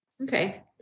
Okay